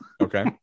Okay